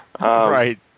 Right